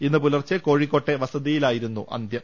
ഇന്നു പുലർച്ചെ കോഴിക്കോട്ടെ വസതിയിലായിരുന്നു അന്ത്യം